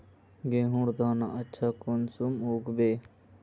गेहूँर दाना अच्छा कुंसम के उगबे?